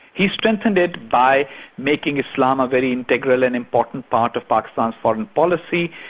he strengthened it by making islam a very integral and important part of pakistan's foreign policy,